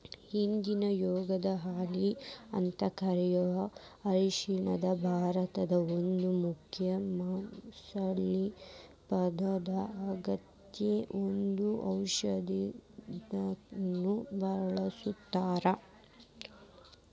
ಹಿಂದಿಯೊಳಗ ಹಲ್ದಿ ಅಂತ ಕರಿಯೋ ಅರಿಶಿನ ಭಾರತದ ಒಂದು ಮುಖ್ಯ ಮಸಾಲಿ ಪದಾರ್ಥ ಆಗೇತಿ, ಇದನ್ನ ಔಷದಕ್ಕಂತಾನು ಬಳಸ್ತಾರ